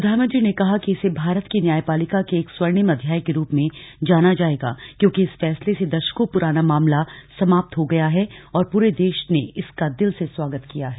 प्रधानमंत्री ने कहा कि इसे भारत की न्यायपालिका के एक स्वर्णिम अध्याय के रूप में जाना जाएगा क्योंकि इस फैसले से दशकों पुराना मामला समाप्त हो गया है और पूरे देश ने इसका दिल से स्वागत किया है